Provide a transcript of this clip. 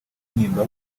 intimba